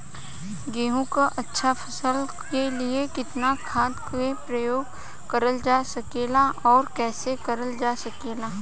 गेहूँक अच्छा फसल क लिए कितना खाद के प्रयोग करल जा सकेला और कैसे करल जा सकेला?